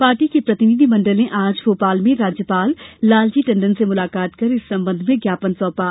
party के प्रतिनिधि मंडल ने आज भोपाल में राज्यपाल लालजी टंडन से मुलाकात कर इस संबंध में ज्ञापन सौंपा